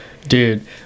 dude